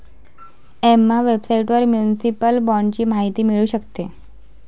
Emma वेबसाइटवर municipal बाँडची माहिती मिळू शकते